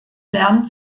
lernt